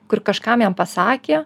kur kažkam jam pasakė